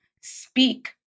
speak